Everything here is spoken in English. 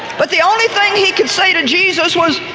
but the only thing he could say to jesus, was,